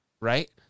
right